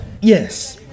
Yes